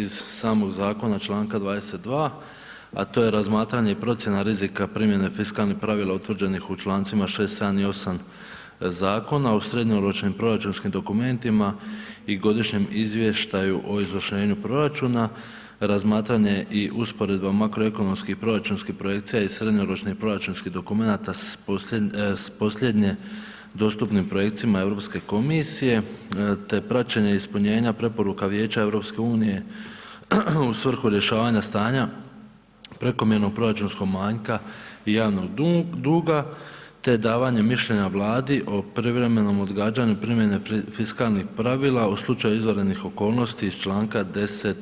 Iz samog zakona, čl. 22., a to je razmatranje i procjena rizika primjene fiskalnih pravila utvrđenih u čl. 6., 7. i 8. zakona, u srednjoročnim proračunskim dokumentima i godišnjem izvještaju o izvršenju proračuna, razmatranje i usporedba makroekonomskih proračunskih projekcija i srednjoročnih proračunskih dokumenata s posljednje dostupne projekcije EU komisije te praćenje ispunjenja preporuka Vijeća EU u svrhu rješavanja stanja prekomjernog proračunskog manjka i javnog duga te davanje mišljenja Vladi o privremenom odgađanju primjene fiskalnih pravila u slučaju izvanrednih okolnosti iz čl. 10